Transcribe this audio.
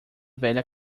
velha